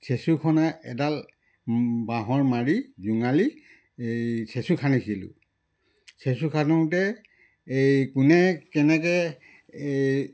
চেঁচো খন্দা এডাল বাঁহৰ মাৰি জোঙালি এই চেঁচো খান্দিছিলোঁ চেঁচো খান্দোতে এই কোনে কেনেকৈ এই